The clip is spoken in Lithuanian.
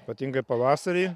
ypatingai pavasarį